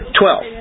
twelve